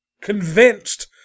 convinced